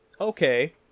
okay